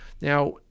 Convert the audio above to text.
now